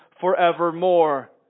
forevermore